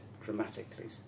dramatically